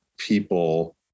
people